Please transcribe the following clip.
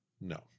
No